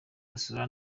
gusura